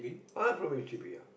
ah from h_d_b ya